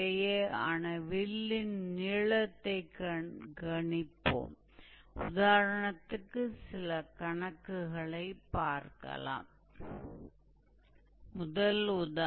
तो यह ऐसा है हमें यहां से यहाँ आर्क की लंबाई की गणना करना होगा